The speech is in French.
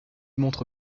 montre